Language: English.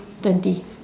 twenty